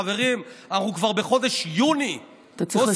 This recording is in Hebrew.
חברים, אנחנו כבר בחודש יוני, אתה צריך לסיים.